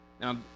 Now